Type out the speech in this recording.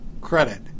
Credit